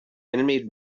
animated